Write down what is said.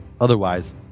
Otherwise